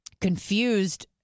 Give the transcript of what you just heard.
confused